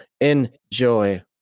enjoy